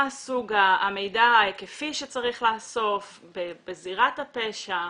מה סוג המידע ההיקפי שצריך לאסוף בזירת הפשע,